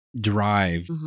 drive